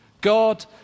God